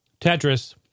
Tetris